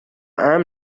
امن